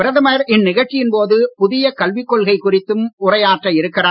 பிரதமர் இந்நிகழ்ச்சியின் போது புதிய கல்வி கொள்கை குறித்தும் உரையாற்ற இருக்கிறார்